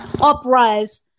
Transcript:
uprise